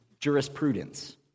jurisprudence